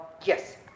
Yes